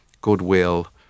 goodwill